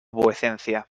vuecencia